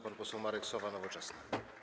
Pan poseł Marek Sowa, Nowoczesna.